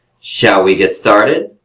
shall we get started?